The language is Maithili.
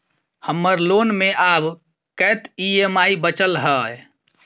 हम्मर लोन मे आब कैत ई.एम.आई बचल ह?